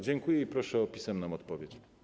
Dziękuję i proszę o pisemną odpowiedź.